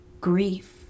grief